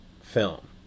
film